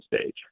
stage